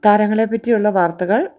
താരങ്ങളെ പറ്റിയുള്ള വാർത്തകൾ